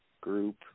group